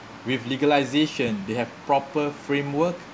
with legalization they have proper framework